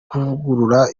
kuvugurura